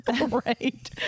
Right